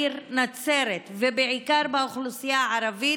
בעיקר מהאוכלוסייה הערבית,